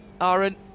Aaron